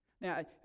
Now